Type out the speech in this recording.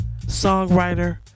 songwriter